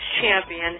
champion